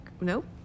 Nope